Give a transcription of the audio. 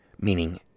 meaning